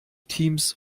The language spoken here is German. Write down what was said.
teams